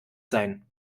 sein